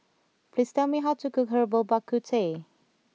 please tell me how to cook Herbal Bak Ku Teh